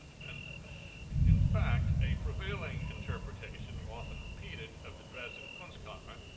and in fact, a prevailing interpretation often repeated of the dresden kunstkammer,